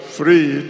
free